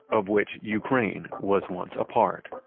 of which ukraine was once a part.